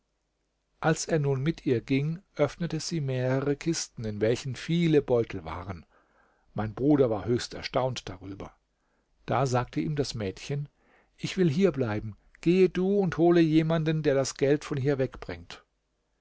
als er nun mit ihr ging öffnete sie mehrere kisten in welchen viele beutel waren mein bruder war höchst erstaunt darüber da sagte ihm das mädchen ich will hier bleiben gehe du und hole jemanden der das geld von hier wegbringt